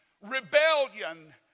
rebellion